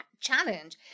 challenge